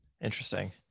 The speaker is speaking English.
Interesting